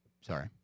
Sorry